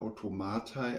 aŭtomataj